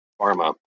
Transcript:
pharma